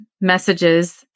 messages